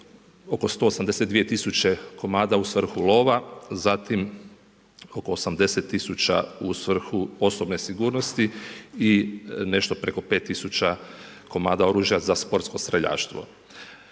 oko 182 tisuće komada u svrhu lova, zatim oko 80 tisuća u svrhu osobne sigurnosti i nešto preko 5 tisuća komada oružja za sportsko streljaštvo.